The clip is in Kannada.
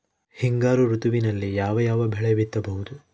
ಹಿಂಗಾರು ಋತುವಿನಲ್ಲಿ ಯಾವ ಯಾವ ಬೆಳೆ ಬಿತ್ತಬಹುದು?